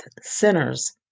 sinners